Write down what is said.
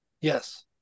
Yes